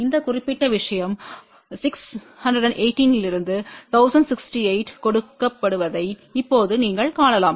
இந்த குறிப்பிட்ட விஷயம் 618 இலிருந்து 1068 க்கு கொடுக்கப்படுவதை இப்போது நீங்கள் காணலாம்